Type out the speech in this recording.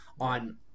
on